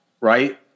right